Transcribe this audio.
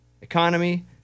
economy